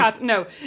No